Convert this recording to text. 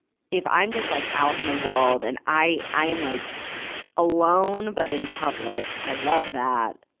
if i'm just like out in the world and i, i'm like alone but in public, i love that.